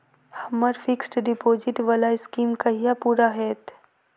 हम्मर fixed deposit वला scheme कहिया पूरा हैत?